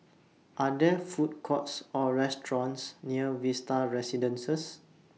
Are There Food Courts Or restaurants near Vista Residences